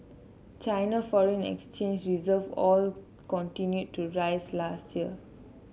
China foreign exchange reserve all continued to rise last year